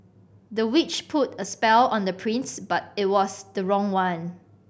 the witch put a spell on the prince but it was the wrong one